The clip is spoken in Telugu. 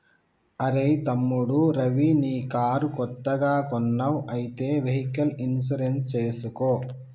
అరెయ్ తమ్ముడు రవి నీ కారు కొత్తగా కొన్నావ్ అయితే వెహికల్ ఇన్సూరెన్స్ చేసుకో